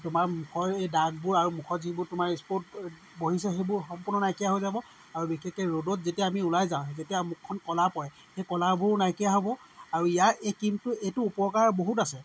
তোমাৰ মুখৰ এই দাগবোৰ আৰু মুখত যিবোৰ তোমাৰ স্পট বহিছে সেইবোৰ সম্পূৰ্ণ নাইকিয়া হৈ যাব আৰু বিশেষকৈ ৰ'দত যেতিয়া আমি ওলাই যাওঁ তেতিয়া মুখখন ক'লা পৰে সেই ক'লাবোৰো নাইকিয়া হ'ব আৰু ইয়াৰ এই ক্ৰীমটোৰ এইটোৰ উপকাৰ বহুত আছে